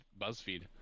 Buzzfeed